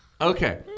Okay